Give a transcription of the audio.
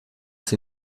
sie